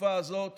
התקופה הזאת